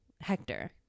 Hector